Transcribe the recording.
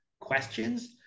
questions